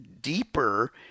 deeper